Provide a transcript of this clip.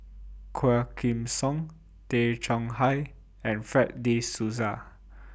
Quah Kim Song Tay Chong Hai and Fred De Souza